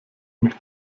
mich